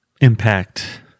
impact